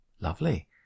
Lovely